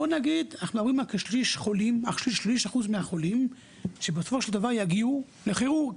בואו נגיד שאנחנו אומרים שרק כשליש מהחולים בסופו של דבר יגיעו לכירורג.